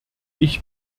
ich